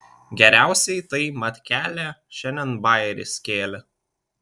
geriausiai tai matkelė šiandien bajerį skėlė